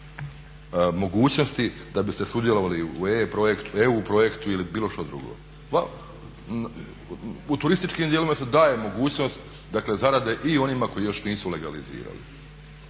mogućnosti da biste sudjelovali u eu projektu ili bilo što drugo. U turističkim dijelovima se daje mogućnost zarade i onima koji još nisu legalizirali.